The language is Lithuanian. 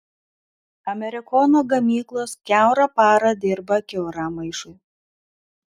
amerikono gamyklos kiaurą parą dirba kiauram maišui